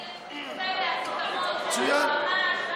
יש מתווה והסכמות של היועמ"ש.